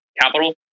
Capital